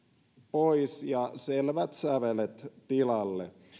pois ja selvät sävelet tilalle